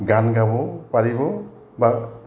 গান গাব পাৰিব বা